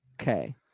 Okay